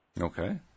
Okay